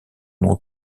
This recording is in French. non